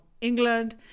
England